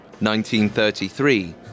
1933